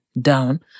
down